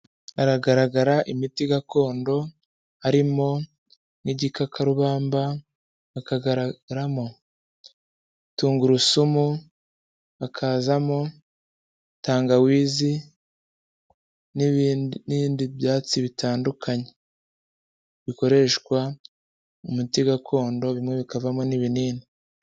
Haragaragara imiti gakondo, harimo n'igikakarubamba, hakagaragaramo tungurusumu, hakazamo tangawizi n'bindi byatsi bitandukanye bikoreshwa mu muti gakondo bimwe bikavamo n'ibinini.